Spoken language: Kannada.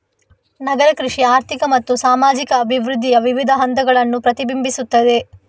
ನಗರ ಕೃಷಿ ಆರ್ಥಿಕ ಮತ್ತು ಸಾಮಾಜಿಕ ಅಭಿವೃದ್ಧಿಯ ವಿವಿಧ ಹಂತಗಳನ್ನು ಪ್ರತಿಬಿಂಬಿಸುತ್ತದೆ